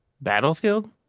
Battlefield